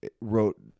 wrote